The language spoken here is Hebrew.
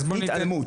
התעלמות.